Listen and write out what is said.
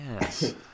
Yes